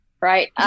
right